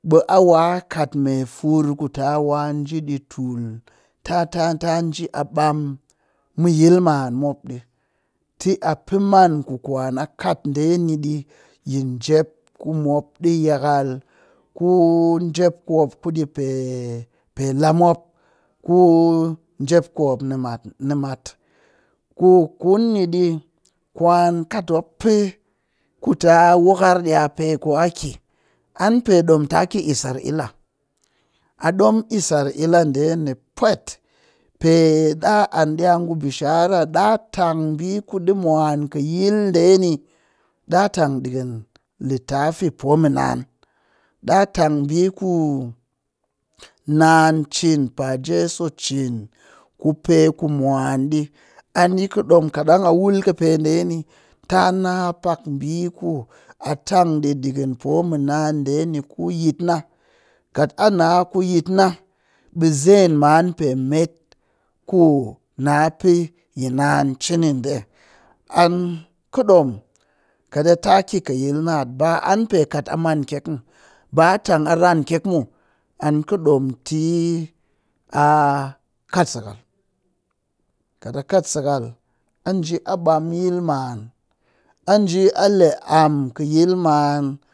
Ɓe a wa kat me fur ku ta wa nji ɗi tul ta ta nji a ɓam mɨ yil maan mop ɗi, tɨ a pe man ku kwan a kat ɗe ni ɗii yi njep mop ɗi, yakal ku njep ku mop kudi pe laa mop, ku njep ku mop ni mat nimat. Ku kun ni ɗi kwan kat mop pe ku taa wakar di'a pe ku taa ki an pe ɗom ta ki yi isar'ila a ɗom isar'ila ɗe ni pwet pe di'a an di'a ngu bishara ɗaa tang ɓi ku ɗi mwan kɨ yil ɗe ni ɗaa tang ɗikɨn litafi poo mɨ naan, ɗaa tang ɓii ku naan cin, ku pa jeso cin, ku pe ku man ɗi an yi kɨ ɗom kat dang a wul kɨpeɗe ni a na pak ɓii ku a tang ɗii ɗikɨn poo mɨ naan ɗe ni ku yit na kat a na ku yit na ɓe zeen ma'an pe met ku na pe yi naan cini ɗe. An kɨ ɗom kat a ta ki kɨ yil naat ba an pe kat a maan kyek muw ba a tang a ran kyek muw an ɗom tɨ a a kat sakal kat a ka sakal a nji a ɓam yil ma'an anji a le amm kɨ yil ma'an.